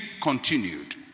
continued